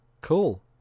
Cool